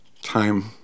time